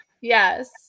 Yes